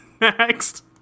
Next